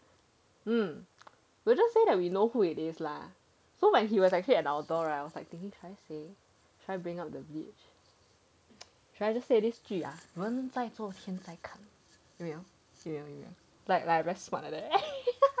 um we'll just say that we know who it is lah so when he was actually at our door right I was like thinking should I say should I bring up the bleach should I just say this 句 ah 人在做天在看有没有有没有有没有 like like very smart like that